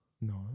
No